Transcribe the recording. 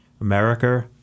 America